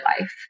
life